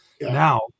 now